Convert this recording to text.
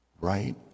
Right